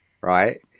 right